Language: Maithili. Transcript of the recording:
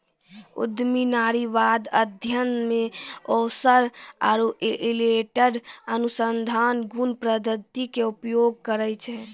उद्यमी नारीवाद अध्ययन मे ओरसर आरु इलियट अनुसंधान गुण पद्धति के उपयोग करै छै